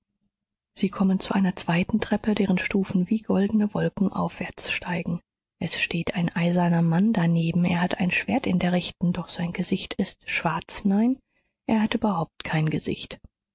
sie kommen zu einer zweiten treppe deren stufen wie goldene wolken aufwärts steigen es steht ein eiserner mann daneben er hat ein schwert in der rechten doch sein gesicht ist schwarz nein er hat überhaupt kein gesicht